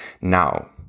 Now